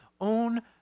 own